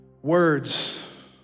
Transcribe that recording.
Words